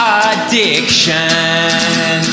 addiction